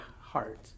heart